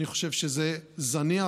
אני חושב שזה זניח,